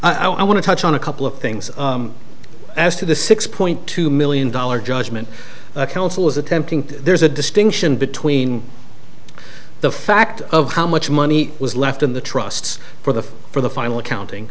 sarcasm i want to touch on a couple of things as to the six point two million dollars judgment the council is attempting to there's a distinction between the fact of how much money was left in the trusts for the for the final accounting